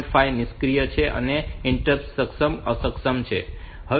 5 હવે નિષ્ક્રિય છે અને ઇન્ટરપ્ટ સક્ષમ એ અક્ષમ છે